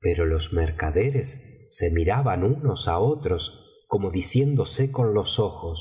pero los mercaderes se miraban unos á otros como diciéndose con los ojos